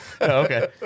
Okay